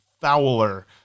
Fowler